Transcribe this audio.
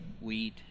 wheat